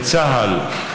בצה"ל,